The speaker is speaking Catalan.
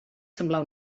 semblar